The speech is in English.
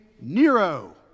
Nero